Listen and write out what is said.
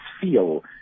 feel